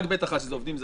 רק ב'1, שזה עובדים זרים,